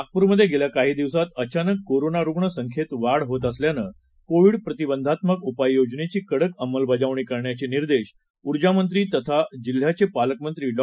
नागपूरमध्ये गेल्या काही दिवसात अचानक कोरोना रुग्ण संख्येत वाढ होत असल्यानं कोविड प्रतिबंधात्मक उपाय योजनेची कडक अंमलबजावणी करण्याचे निर्देश ऊर्जा मंत्री तथा जिल्ह्याचे पालकमंत्री डॉ